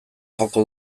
joko